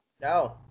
No